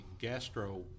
gastro